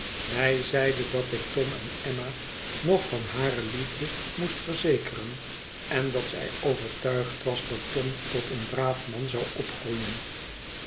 mij zeide dat ik tom en emma nog van hare liefde moest verzekeren en dat zij overtuigd was dat tom tot een braaf man zou opgroeien